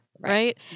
right